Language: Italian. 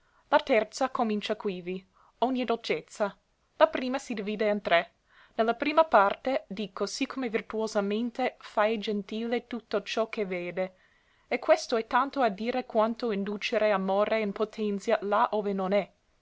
la terza comincia quivi ogne dolcezza la prima si divide in tre che ne la prima parte dico sì come virtuosamente fae gentile tutto ciò che vede e questo è tanto a dire quanto inducere amore in potenzia là ove non è